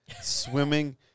Swimming